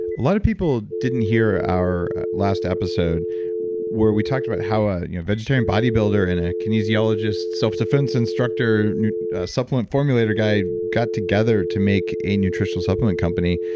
lot of people didn't hear our last episode where we talked about how a you know vegetarian bodybuilder and a kinesiolog ist, self-defense instructor, a supplement formulator guy got together to make a nutritional supplement company.